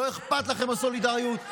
לא אכפת לכם מהסולידריות.